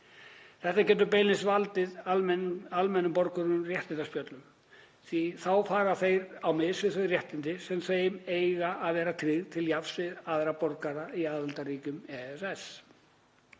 Það getur beinlínis valdið almennum borgurum réttindaspjöllum því að þá fara þeir á mis við þau réttindi sem þeim eiga að vera tryggð til jafns við aðra borgara í aðildarríkjum EES.